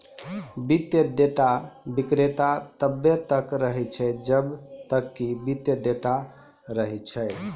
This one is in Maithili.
वित्तीय डेटा विक्रेता तब्बे तक रहै छै जब्बे तक कि वित्तीय डेटा रहै छै